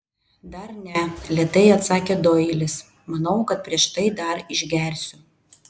dar ne lėtai atsakė doilis manau kad prieš tai dar išgersiu